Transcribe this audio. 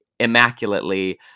immaculately